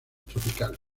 tropicales